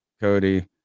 Cody